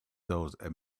those